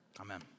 Amen